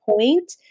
point